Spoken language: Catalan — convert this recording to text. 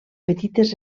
petites